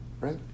right